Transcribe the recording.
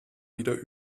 wieder